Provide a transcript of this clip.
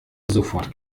sofort